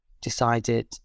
decided